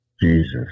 Jesus